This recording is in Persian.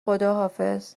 خداحافظ